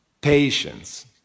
Patience